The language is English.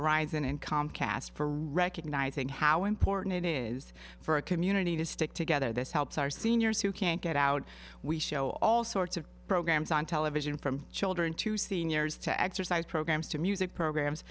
verizon and comcast for recognizing how important it is for a community to stick together this helps our seniors who can't get out we show all sorts of programs on television from children to seniors to exercise programs to music programs